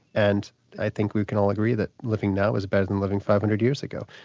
and i think we can all agree that living now is better than living five hundred years ago.